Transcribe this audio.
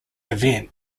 event